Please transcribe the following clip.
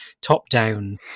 top-down